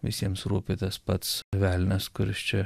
visiems rūpi tas pats velnias kuris čia